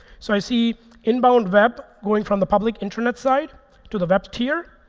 so i see inbound web going from the public internet side to the web tier.